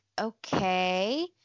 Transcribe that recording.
okay